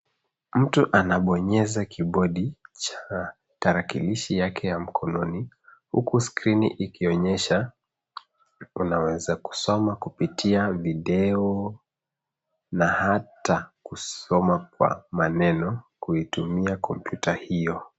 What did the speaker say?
Mtu anabonyeza kibodi cha tarakilishi yake ya mkononi, huku skrini ikionyesha unaweza kusoma kupitia video, na hata kusoma kwa maneno, kutumia kompyuta hiyo.